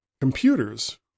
computers